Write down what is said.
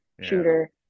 shooter